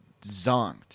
zonked